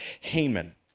Haman